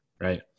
right